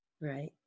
Right